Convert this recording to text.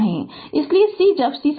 इसलिए c जब c स्वतंत्र है i r dbdt